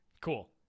Cool